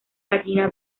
gallina